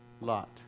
Lot